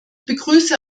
begrüße